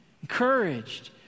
encouraged